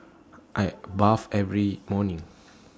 I bath every morning